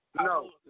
No